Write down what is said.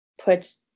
puts